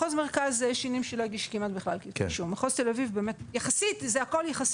מחוז מרכז באמת שנים שלא הגישו כמעט כתבי אישום וזה באמת הכול יחסית.